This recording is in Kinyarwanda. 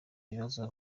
ibibazo